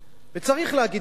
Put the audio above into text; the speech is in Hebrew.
וצריך להגיד את המלים,